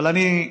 אבל אני,